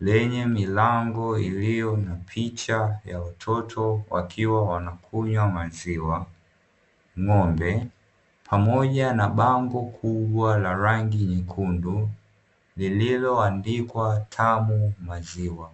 lenye milango iliyo na picha ya watoto wakiwa wanakunywa maziwa, ng'ombe pamoja na bango kubwa la rangi nyekundu lililoandikwa tamu maziwa.